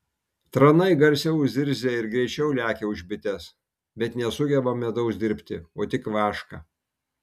tranai garsiau zirzia ir greičiau lekia už bites bet nesugeba medaus dirbti o tik vašką